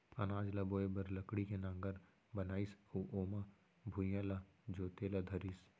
अनाज ल बोए बर लकड़ी के नांगर बनाइस अउ ओमा भुइयॉं ल जोते ल धरिस